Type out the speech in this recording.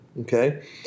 okay